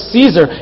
Caesar